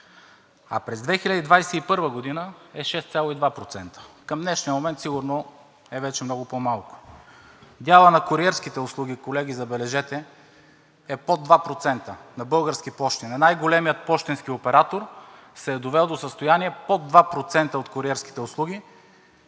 а през 2021 г. е 6,2%. Към днешния момент сигурно е вече много по-малко, а делът на куриерските услуги, колеги, забележете, е под 2% на „Български пощи“. Най-големият пощенски оператор се е довел до състояние да бъде осъществяван под 2% от куриерските услуги